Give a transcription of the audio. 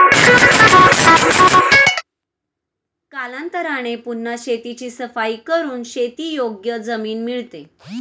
कालांतराने पुन्हा शेताची सफाई करून शेतीयोग्य जमीन मिळते